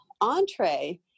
entree